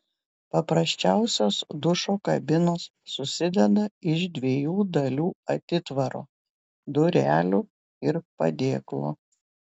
paprasčiausios dušo kabinos susideda iš dviejų dalių atitvaro durelių ir padėklo